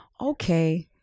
okay